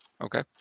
Okay